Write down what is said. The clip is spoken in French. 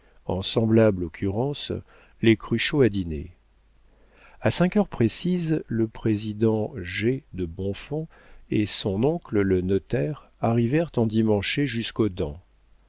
en semblable occurrence les cruchot à dîner a cinq heures précises le président c de bonfons et son oncle le notaire arrivèrent endimanchés jusqu'aux dents